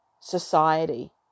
Society